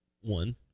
one